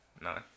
Nine